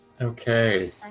Okay